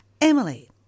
Emily